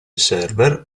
server